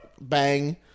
Bang